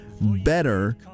Better